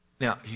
Now